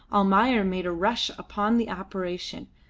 almayer made a rush upon the apparition,